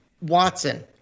Watson